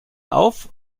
auf